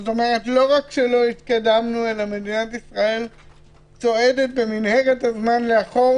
כלומר לא רק שלא התקדמנו אלא מדינת ישראל צועדת במנהרת הזמן לאחור.